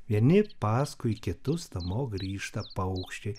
vieni paskui kitus namo grįžta paukščiai